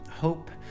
hope